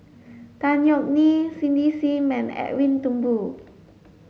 Tan Yeok Nee Cindy Sim and Edwin Thumboo